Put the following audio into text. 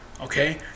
Okay